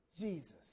Jesus